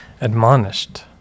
Admonished